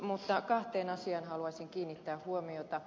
mutta kahteen asiaan haluaisin kiinnittää huomiota